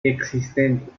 existentes